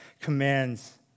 commands